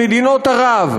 עם מדינות ערב,